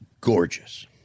gorgeous